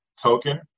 token